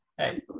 hey